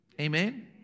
Amen